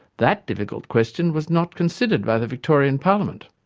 that difficult question was not considered by the victorian parliament.